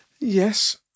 Yes